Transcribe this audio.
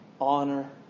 honor